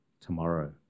tomorrow